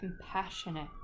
compassionate